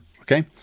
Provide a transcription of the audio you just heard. okay